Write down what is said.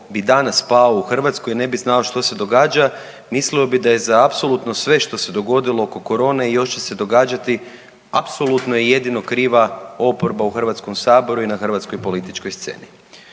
bi danas pao u Hrvatskoj, ne bi znao što se događa. Mislio bi da je za apsolutno sve što se dogodilo oko korone i još će se događati, apsolutno i jedino kriva oporba u HS-u i na hrvatskoj političkoj sceni.